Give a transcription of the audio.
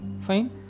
fine